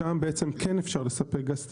שם בעצם כן אפשר לספק גז טבעי,